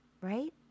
right